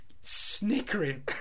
snickering